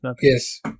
Yes